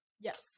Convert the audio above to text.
Yes